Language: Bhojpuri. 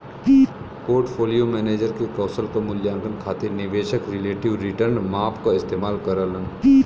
पोर्टफोलियो मैनेजर के कौशल क मूल्यांकन खातिर निवेशक रिलेटिव रीटर्न माप क इस्तेमाल करलन